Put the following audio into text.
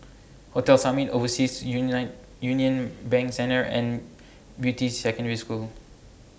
Hotel Summit Overseas Union Bank Centre and Beatty Secondary School